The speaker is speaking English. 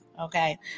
Okay